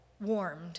warmed